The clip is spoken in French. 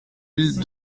mille